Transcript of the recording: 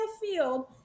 field